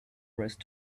race